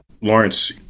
Lawrence